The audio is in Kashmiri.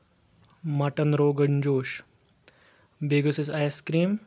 مَٹن روگَن جوش بیٚیہِ گٔژھ اَسہِ آیِس کرٛیٖم